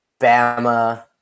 Bama